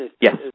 Yes